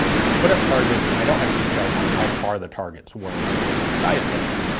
they put up targets, and i don't have details on how far the targets were and what size they were,